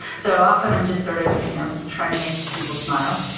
so, often i'm just sort of you know trying to make people smile.